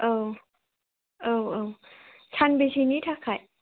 औ औ औ सानबेसेनि थाखाय